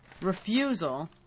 refusal